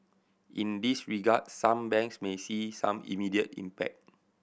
in this regard some banks may see some immediate impact